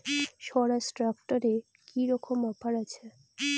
স্বরাজ ট্র্যাক্টরে কি রকম অফার আছে?